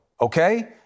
Okay